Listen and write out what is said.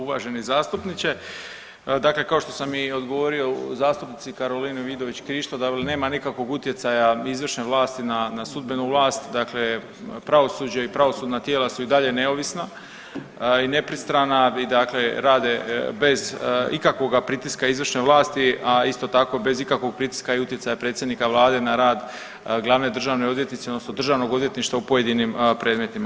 Uvaženi zastupniče, dakle kao što sam i odgovorio zastupnici Karolini Vidović Krišto da nema nikakvog utjecaja izvršne vlasti na, na sudbenu vlast, dakle pravosuđe i pravosudna tijela su i dalje neovisna i nepristrana, dakle rade bez ikakvoga pritiska izvršne vlasti, a isto tako bez ikakvog pritiska i utjecaja predsjednika vlade na rad glavne državne odvjetnice odnosno državnog odvjetništva u pojedinim predmetima.